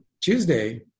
Tuesday